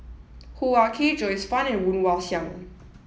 Hoo Ah Kay Joyce Fan and Woon Wah Siang